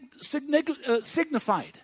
signified